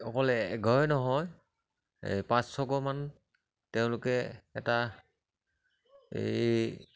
অকলে এঘৰে নহয় এই পাঁচ ছঘৰমান তেওঁলোকে এটা এই